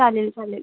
चालेल चालेल